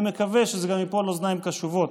אני מקווה שזה ייפול על אוזניים קשובות.